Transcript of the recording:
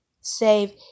save